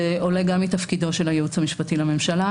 זה עולה גם מתפקידו של היועץ המשפטי לממשלה,